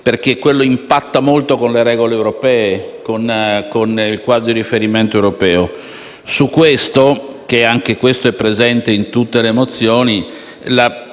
perché impatta molto con le regole europee, con il quadro di riferimento europeo. Su questo tema, anch'esso presente in tutte le mozioni,